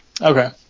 Okay